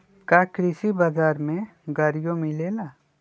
का कृषि बजार में गड़ियो मिलेला?